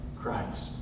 Christ